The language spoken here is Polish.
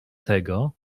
tego